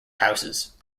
houses